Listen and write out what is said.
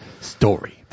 story